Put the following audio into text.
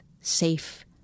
safe